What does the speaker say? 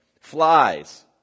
Flies